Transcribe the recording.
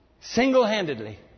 single-handedly